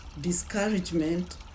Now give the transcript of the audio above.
discouragement